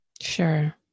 sure